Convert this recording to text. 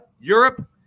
Europe